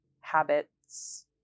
habits